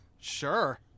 Sure